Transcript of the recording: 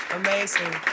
amazing